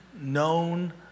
known